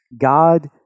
God